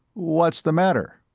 what's the matter?